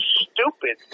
stupid